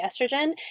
estrogen